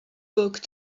book